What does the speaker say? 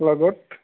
লগত